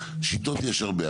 שיטות יש הרבה,